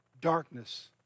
darkness